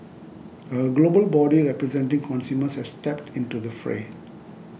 a global body representing consumers has stepped into the fray